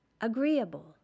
agreeable